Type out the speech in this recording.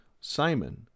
Simon